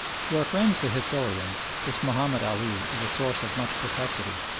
to our friends the historians this mahomed ali is a source of much perplexity.